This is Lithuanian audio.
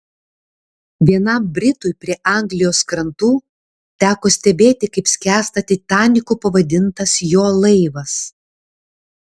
vienam britui prie anglijos krantų teko stebėti kaip skęsta titaniku pavadintas jo laivas